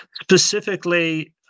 specifically